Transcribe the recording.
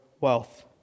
wealth